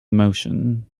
motion